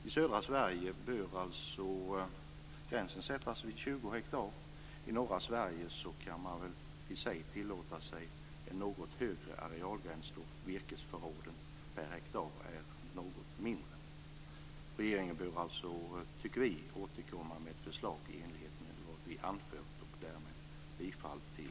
I södra Sverige bör gränsen alltså sättas vid 20 hektar. I norra Sverige kan man väl i och för sig tillåta en något högre arealgräns då virkesförråden per hektar är något mindre. Vi anser att regeringen bör återkomma med ett förslag i enlighet med vad vi anför. Därmed yrkar jag bifall till min reservation 12.